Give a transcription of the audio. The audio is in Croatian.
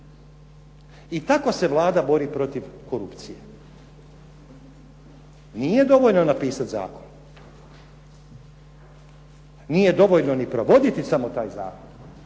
I tako se Vlada bori protiv korupcije. Nije dovoljno napisati zakon. Nije dovoljno ni provoditi samo taj zakon.